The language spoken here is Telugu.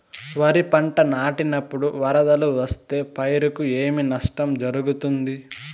వరిపంట నాటినపుడు వరదలు వస్తే పైరుకు ఏమి నష్టం జరుగుతుంది?